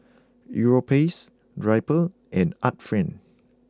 Europace Drypers and Art Friend